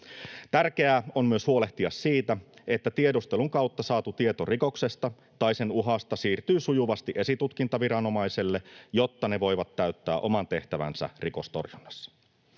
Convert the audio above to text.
Tärkeää on myös huolehtia siitä, että tiedustelun kautta saatu tieto rikoksesta tai sen uhasta siirtyy sujuvasti esitutkintaviranomaisille, jotta ne voivat täyttää oman tehtävänsä rikostorjunnassa.